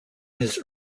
his